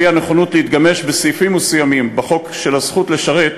על האי-נכונות להתגמש בסעיפים מסוימים בחוק של "הזכות לשרת"